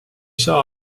saa